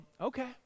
okay